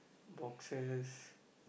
boxes